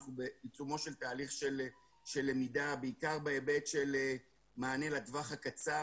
אנחנו בעיצומו של תהליך של למידה בעיקר בהיבט של מענה לטווח הקצר,